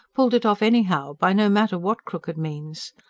pulled it off anyhow, by no matter what crooked means.